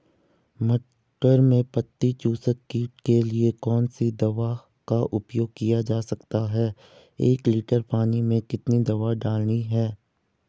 मटर में पत्ती चूसक कीट के लिए कौन सी दवा का उपयोग किया जा सकता है एक लीटर पानी में कितनी दवा डालनी है?